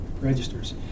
registers